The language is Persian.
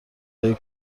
های